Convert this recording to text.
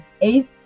eighth